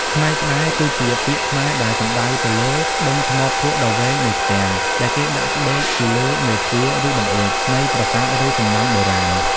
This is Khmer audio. ផ្នែកផ្តែរ គឺជាពាក្យខ្មែរដែលសំដៅទៅលើ ដុំថ្មភក់ដ៏វែងមួយផ្ទាំង ដែលគេដាក់ផ្ដេកពីលើមេទ្វារ ឬបង្អួច នៃប្រាសាទ ឬសំណង់បុរាណ។